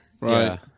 Right